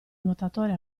nuotatore